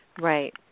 right